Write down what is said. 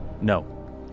No